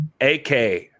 AK